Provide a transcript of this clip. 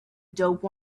dope